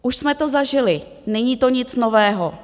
Už jsme to zažili, není to nic nového.